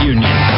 Union